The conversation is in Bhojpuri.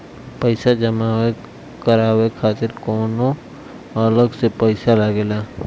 पईसा जमा करवाये खातिर कौनो अलग से पईसा लगेला?